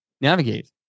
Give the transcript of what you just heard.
navigate